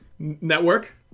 Network